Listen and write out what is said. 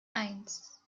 eins